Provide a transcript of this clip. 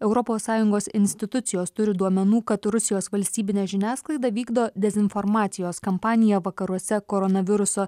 europos sąjungos institucijos turi duomenų kad rusijos valstybinė žiniasklaida vykdo dezinformacijos kampaniją vakaruose koronaviruso